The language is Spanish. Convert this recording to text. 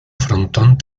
frontón